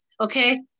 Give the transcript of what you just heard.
okay